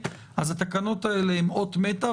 אז התקנות האלה הן אות מתה,